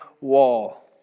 wall